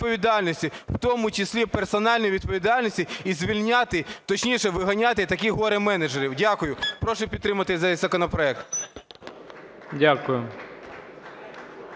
в тому числі персональної відповідальності, і звільняти, точніше, виганяти таких горе-менеджерів. Дякую. Прошу підтримати цей законопроект.